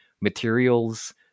materials